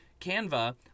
Canva